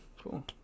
cool